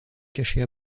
cacher